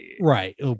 Right